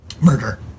murder